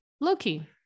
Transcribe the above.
Loki